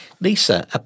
Lisa